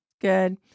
Good